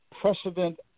precedent